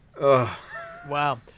Wow